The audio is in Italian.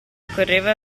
occorreva